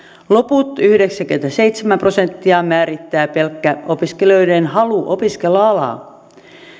loppua yhdeksääkymmentäseitsemää prosenttia määrittää pelkkä opiskelijoiden halu opiskella alaa